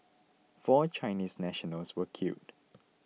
four Chinese nationals were killed